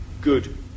good